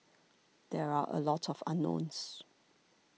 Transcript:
there are a lot of unknowns